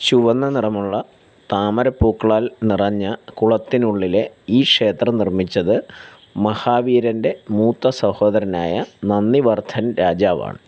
ചുവന്ന നിറമുള്ള താമരപ്പൂക്കളാൽ നിറഞ്ഞ കുളത്തിനുള്ളിലെ ഈ ക്ഷേത്രം നിർമ്മിച്ചത് മഹാവീരന്റെ മൂത്ത സഹോദരനായ നന്ദിവർദ്ധൻ രാജാവാണ്